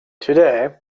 today